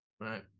right